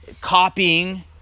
copying